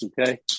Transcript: okay